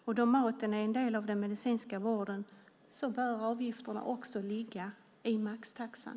Eftersom maten är en del av den medicinska vården behöver avgifterna också ligga i maxtaxan.